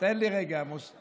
תן לי רגע, משה.